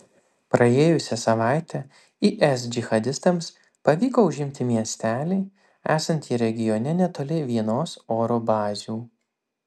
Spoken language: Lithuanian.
praėjusią savaitę is džihadistams pavyko užimti miestelį esantį regione netoli vienos oro bazių